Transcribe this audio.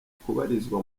kubarizwa